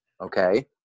Okay